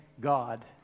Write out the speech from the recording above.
God